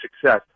success